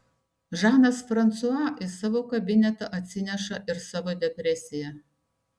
žanas fransua į tavo kabinetą atsineša ir savo depresiją